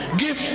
give